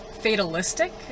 fatalistic